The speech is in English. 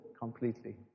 completely